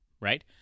right